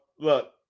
look